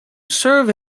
served